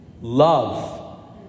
love